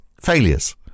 failures